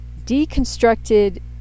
Deconstructed